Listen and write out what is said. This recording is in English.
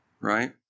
right